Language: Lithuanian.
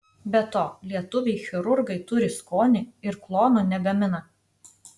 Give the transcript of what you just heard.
be to lietuviai chirurgai turi skonį ir klonų negamina